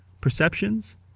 perceptions